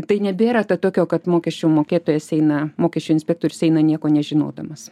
tai nebėra to tokio kad mokesčių mokėtojas eina mokesčių inspektorius eina nieko nežinodamas